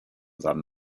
san